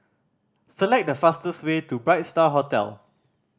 select the fastest way to Bright Star Hotel